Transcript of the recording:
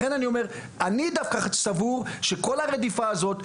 לכן אני אומר שכל הרדיפה הזאת,